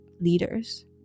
leaders